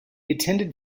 attended